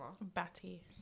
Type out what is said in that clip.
batty